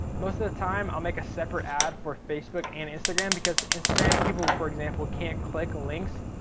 most of the time i'll make a separate ad for facebook and instagram, because instagram people for example can't click links.